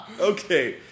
Okay